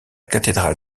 cathédrale